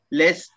less